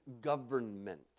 government